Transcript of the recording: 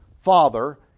father